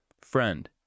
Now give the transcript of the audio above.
Friend